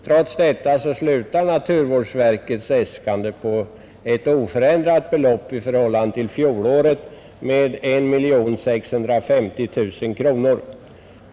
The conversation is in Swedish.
Trots detta slutar naturvårdsverkets äskande på ett oförändrat belopp i förhållande till fjolåret, 1 560 000 kronor.